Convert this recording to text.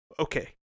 Okay